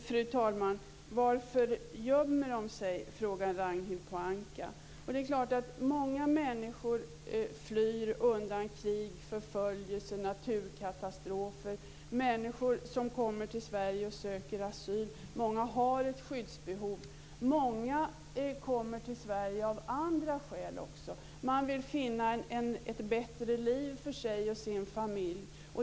Fru talman! Varför gömmer de sig? frågar Ragnhild Pohanka. Många människor flyr undan krig, förföljelse och naturkatastrofer och kommer till Sverige och söker asyl. Många har ett skyddsbehov. Många kommer också till Sverige av andra skäl. De vill finna ett bättre liv för sig och sin familj.